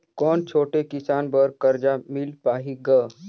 कौन छोटे किसान बर कर्जा मिल पाही ग?